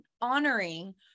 honoring